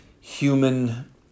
human